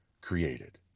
created